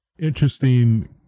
Interesting